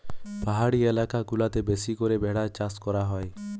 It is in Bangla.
পাহাড়ি এলাকা গুলাতে বেশি করে ভেড়ার চাষ করা হয়